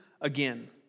again